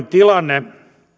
tilanne